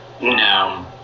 no